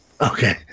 Okay